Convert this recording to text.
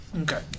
Okay